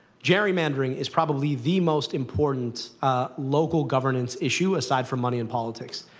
gerrymandering is probably the most important local governance issue, aside from money in politics.